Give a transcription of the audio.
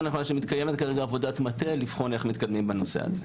מתקיימת עבודת מטה על מנת לבחון איך מתקדמים בנושא הזה.